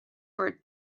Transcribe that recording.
for